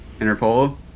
Interpol